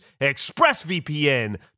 ExpressVPN